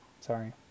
Sorry